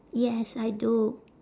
yes I do